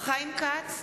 חיים כץ,